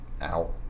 out